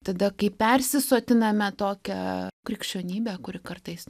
tada kai persisotiname tokia krikščionybe kuri kartais